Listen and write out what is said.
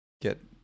get